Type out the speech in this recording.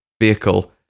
vehicle